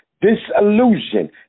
disillusion